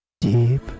deep